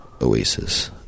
Oasis